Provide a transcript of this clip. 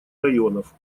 районов